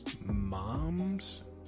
Mom's